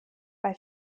bei